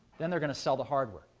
then they're going to sell the hardware,